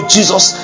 Jesus